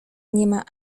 niema